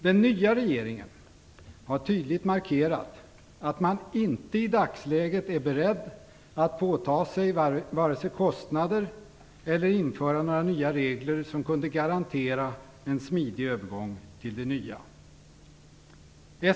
Den nya regeringen har tydligt markerat att man inte i dagsläget är beredd att påta sig vare sig kostnader eller att införa några regler som kan garantera en smidig övergång till det nya.